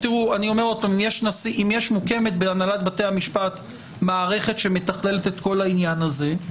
אם מוקמת בהנהלת בתי המשפט מערכת שמתכללת את כל העניין הזה,